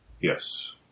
Yes